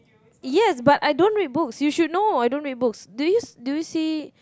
yes but I don't read books you should know I don't read books do you do you see